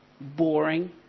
boring